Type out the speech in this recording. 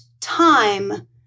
Time